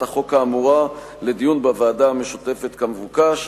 החוק האמורה לדיון בוועדה המשותפת כמבוקש.